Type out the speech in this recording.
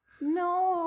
No